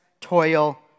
toil